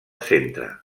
centre